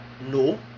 No